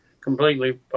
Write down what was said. completely